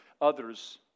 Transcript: others